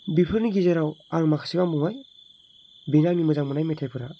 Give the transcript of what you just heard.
बेफोरनि गेजेराव आं माखासेखौ बुंबाय बेनो आंनि मोजां मोननाय मेथायफोरा